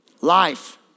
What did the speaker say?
Life